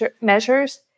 measures